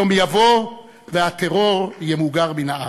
יום יבוא והטרור ימוגר מן הארץ,